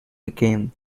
became